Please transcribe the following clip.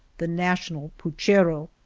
the national puchero.